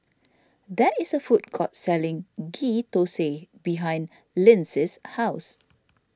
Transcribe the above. there is a food court selling Ghee Thosai behind Lyndsey's house